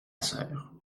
sœur